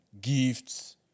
gifts